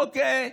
אוקיי,